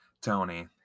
Tony